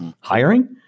hiring